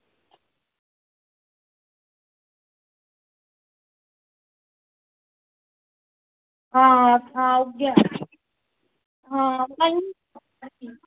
आं आं उऐ आं